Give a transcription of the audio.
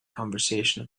conversation